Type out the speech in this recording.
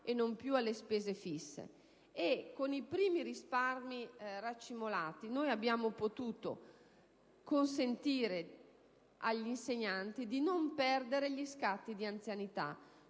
e non più alle spese fisse. I primi risparmi racimolati hanno consentito agli insegnanti di non perdere gli scatti di anzianità: